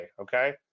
Okay